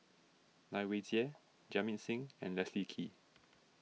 Lai Weijie Jamit Singh and Leslie Kee